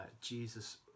jesus